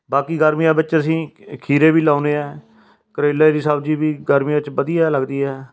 ਬਾਕੀ ਗਰਮੀਆਂ ਵਿੱਚ ਅਸੀਂ ਖੀਰੇ ਵੀ ਲਾਉਂਦੇ ਹਾਂ ਕਰੇਲੇ ਦੀ ਸਬਜ਼ੀ ਵੀ ਗਰਮੀਆਂ 'ਚ ਵਧੀਆ ਲੱਗਦੀ ਹੈ